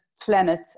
planet